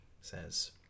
says